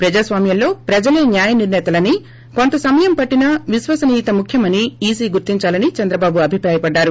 ప్రజాస్వామ్యంలో ప్రజలే న్యాయనిర్ణేతలని కోంత సమయం పట్టినా విశ్వసనీయత ముఖ్వమని ఈసీ గుర్తించాలని చంద్రబాబు అభిప్రాయపడ్డారు